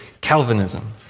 Calvinism